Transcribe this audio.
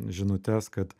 žinutes kad